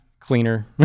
cleaner